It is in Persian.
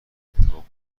انتخاب